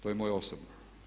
To je moje osobno.